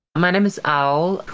my name is owl.